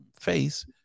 face